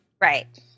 Right